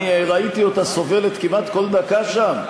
אני ראיתי אותה סובלת כמעט כל דקה שם,